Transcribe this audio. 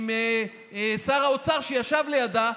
עם שר האוצר שישב לידה,